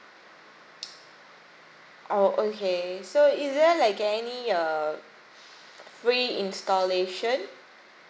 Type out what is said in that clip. oh okay so is there like any err free installation